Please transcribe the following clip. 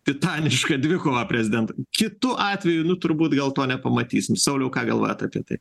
titanišką dvikovą prezidento kitu atveju nu turbūt gal to nepamatysim sauliau ką galvojat apie tai